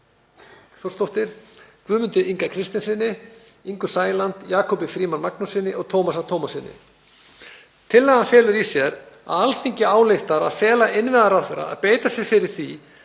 Þórsdóttur, Guðmundi Inga Kristinssyni, Ingu Sæland, Jakobi Frímanni Magnússyni og Tómasi A. Tómassyni. Tillagan felur í sér að Alþingi ályktar að fela innviðaráðherra að beita sér fyrir því